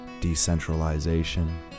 decentralization